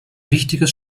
wichtiges